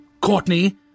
Courtney